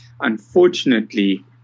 unfortunately